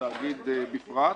והתאגיד בפרט.